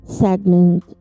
segment